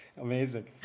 Amazing